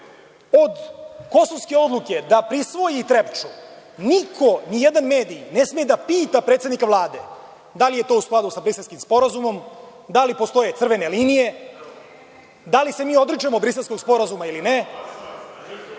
od kosovske odluke, da prisvoji Trepču. Niko, nijedan medij ne sme da pita predsednika Vlade da li je to u skladu sa Briselskim sporazumom, da li postoje crvene linije, da li se mi odričemo Briselskog sporazuma ili ne,